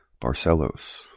Barcelos